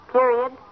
Period